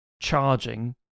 charging